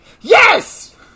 Yes